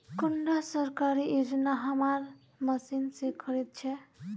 कुंडा सरकारी योजना हमार मशीन से खरीद छै?